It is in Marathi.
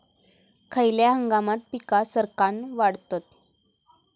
खयल्या हंगामात पीका सरक्कान वाढतत?